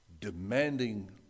demanding